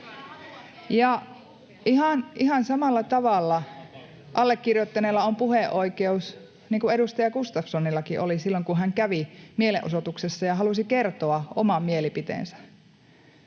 — Ihan samalla tavalla allekirjoittaneella on puheoikeus kuin edustaja Gustafssonillakin oli silloin, kun hän kävi mielenosoituksessa ja halusi kertoa oman mielipiteensä.